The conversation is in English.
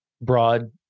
broad